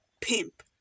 pimp